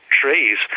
trees